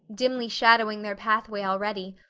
dimly shadowing their pathway already,